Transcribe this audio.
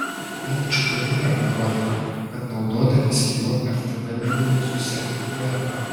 bent iš pradžių jam atrodė kad naudodamiesi juo ftb mėgino susekti tave